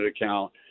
account